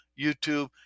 YouTube